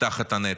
תחת הנטל.